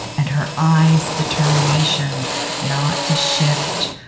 and her eyes' determination not to shift,